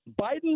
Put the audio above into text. Biden